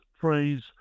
phrase